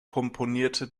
komponierte